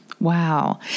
Wow